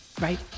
Right